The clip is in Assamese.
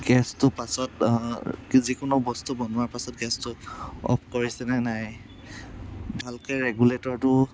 গেছটো পাছত যিকোনো বস্তু বনোৱাৰ পাছত গেছটো অফ কৰিছেনে নাই ভালকৈ ৰেগোলেটৰটো